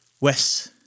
Wes